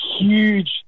huge